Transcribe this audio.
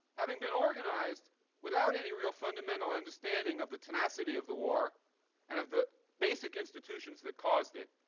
having been organized without any real fundamental understanding of the tenacity of the war and of the basic institutions that caused it,